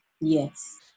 Yes